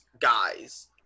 guys